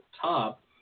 top